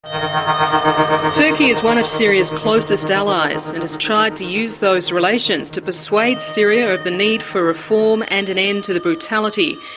um is one of syria's closest allies and has tried to use those relations to persuade syria of the need for reform and an end to the brutality.